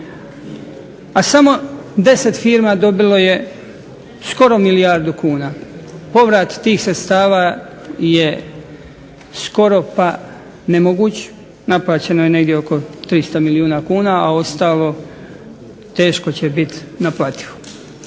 a samo 10 firmi dobilo je skoro milijardu kuna. Povrat tih sredstava je skoro pa nemoguć, naplaćeno je negdje oko 300 milijuna kuna, a ostalo teško će biti naplativo.